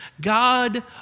God